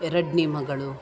ಎರಡನೇ ಮಗಳು